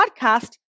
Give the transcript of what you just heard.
podcast